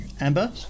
Amber